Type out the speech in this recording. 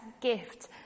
gift